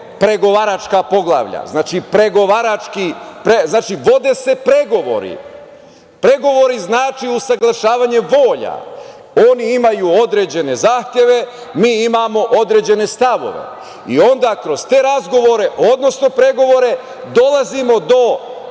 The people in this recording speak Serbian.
pregovaračka poglavlja. Znači, vode se pregovori. Pregovori znače usaglašavanje volja. Oni imaju određene zahteve, mi imamo određene stavove i onda kroz te razgovore, odnosno pregovore dolazimo do